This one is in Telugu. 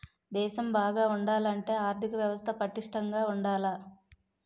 దేశం బాగా ఉండాలంటే ఆర్దిక వ్యవస్థ పటిష్టంగా ఉండాల